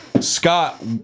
Scott